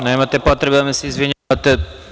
Nema potreba da mi se izvinjavate.